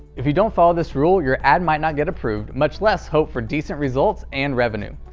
if you don't follow this rule, your ad might not get approved, much less hope for decent results and revenue.